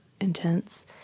intense